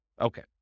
Okay